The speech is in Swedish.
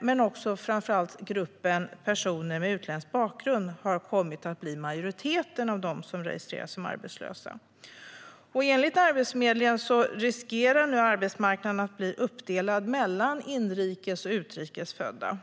Men framför allt gruppen personer med utländsk bakgrund har kommit att bli majoriteten av dem som registreras som arbetslösa. Enligt Arbetsförmedlingen riskerar arbetsmarknaden att bli uppdelad mellan inrikes och utrikes födda.